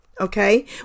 okay